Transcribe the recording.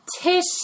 Tish